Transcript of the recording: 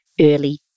early